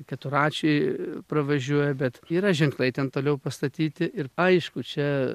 keturračiai pravažiuoja bet yra ženklai ten toliau pastatyti ir aišku čia